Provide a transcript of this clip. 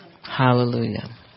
Hallelujah